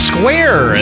Square